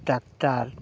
tractor